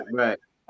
right